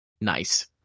Nice